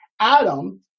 Adam